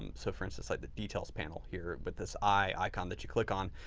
so, for instance, like the details panel here, but this eye icon that you click on,